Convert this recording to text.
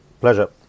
Pleasure